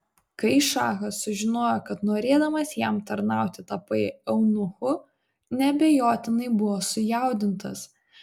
kai šachas sužinojo kad norėdamas jam tarnauti tapai eunuchu neabejotinai buvo sujaudintas